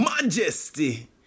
Majesty